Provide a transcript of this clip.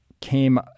came